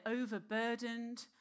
overburdened